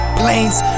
planes